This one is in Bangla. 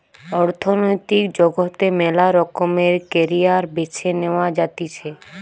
অর্থনৈতিক জগতে মেলা রকমের ক্যারিয়ার বেছে নেওয়া যাতিছে